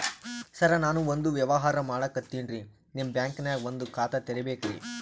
ಸರ ನಾನು ಒಂದು ವ್ಯವಹಾರ ಮಾಡಕತಿನ್ರಿ, ನಿಮ್ ಬ್ಯಾಂಕನಗ ಒಂದು ಖಾತ ತೆರಿಬೇಕ್ರಿ?